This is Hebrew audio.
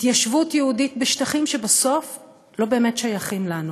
התיישבות יהודית בשטחים שבסוף לא באמת שייכים לנו.